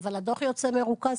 אבל הדוח יוצא מרוכז.